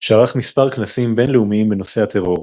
שערך מספר כנסים בין-לאומיים בנושא הטרור.